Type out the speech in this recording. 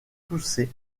poussé